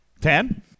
ten